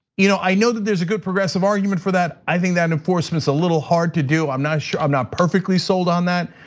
you know i know that there's a good progressive argument for that. i think that enforcement's a little hard to do. i'm not i'm not perfectly sold on that.